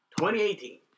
2018